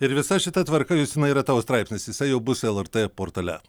ir visa šita tvarka justina yra tavo straipsnis jisai jau bus lrt portale